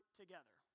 together